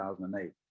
2008